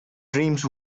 dreams